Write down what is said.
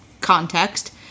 context